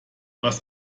was